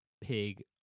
pig